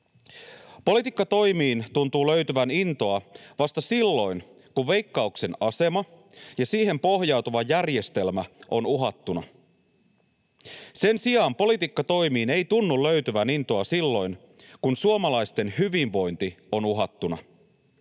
Politiikkatoimiin tuntuu löytyvän intoa vasta silloin, kun Veikkauksen asema ja siihen pohjautuva järjestelmä on uhattuna. Sen sijaan politiikkatoimiin ei tunnu löytyvän intoa silloin, kun suomalaisten hyvinvointi on uhattuna.